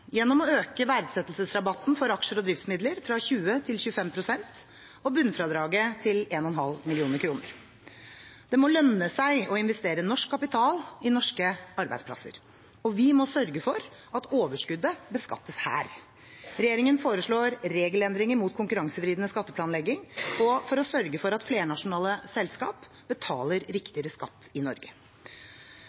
gjennom å øke verdsettelsesrabatten for aksjer og driftsmidler fra 20 til 25 pst. og bunnfradraget til 1,5 mill. kr. Det må lønne seg å investere norsk kapital i norske arbeidsplasser, og vi må sørge for at overskuddet beskattes her. Regjeringen foreslår regelendringer mot konkurransevridende skatteplanlegging og for å sørge for at flernasjonale selskaper betaler riktigere skatt i Norge.